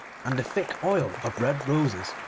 and the thick oil of red roses,